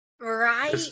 right